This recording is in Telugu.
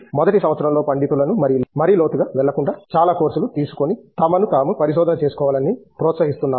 మొదటి సంవత్సరంలో పండితులను మరీ లోతుగా వెళ్ళకుండా చాలా కోర్సులు తీసుకొని తమను తాము పరిశోధన చేసుకోవాలని ప్రోత్సహిస్తున్నాము